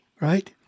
right